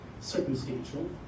circumstantial